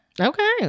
Okay